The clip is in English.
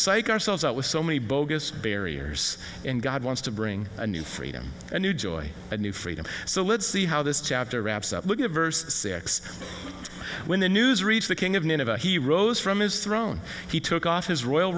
psych ourselves out with so many bogus barriers and god wants to bring a new freedom a new joy a new freedom so let's see how this chapter wraps up looking at verse six when the news reached the king of nineveh he rose from his throne he took off his royal